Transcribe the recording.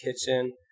Kitchen